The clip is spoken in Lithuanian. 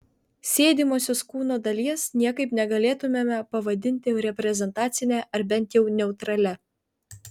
sėdimosios kūno dalies niekaip negalėtumėme pavadinti reprezentacine ar bent jau neutralia